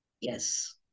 Yes